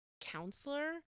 counselor